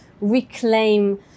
reclaim